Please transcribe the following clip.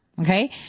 Okay